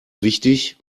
wichtig